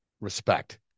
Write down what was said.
respect